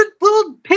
little